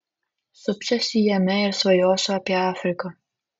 supsiuosi jame ir svajosiu apie afriką